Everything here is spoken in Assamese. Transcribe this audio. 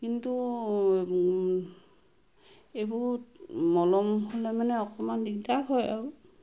কিন্তু এইবোৰ মল হলে মানে অকণমান দিগদাৰ হয় আৰু